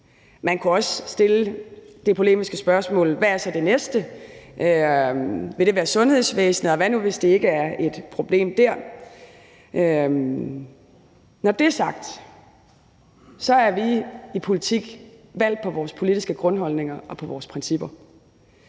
Man kunne også stille det polemiske spørgsmål: Hvad er så det næste? Vil det være sundhedsvæsenet? Og hvad nu, hvis det ikke er et problem der? Når det er sagt, er vi i politik valgt på vores politiske grundholdninger og på vores principper.